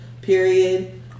period